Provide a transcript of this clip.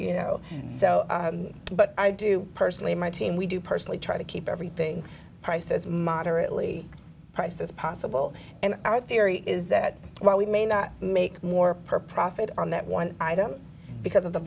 you know so but i do personally my team we do personally try to keep everything price as moderately priced as possible and our theory is that while we may not make more per profit on that one item because of the